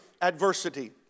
adversity